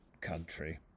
country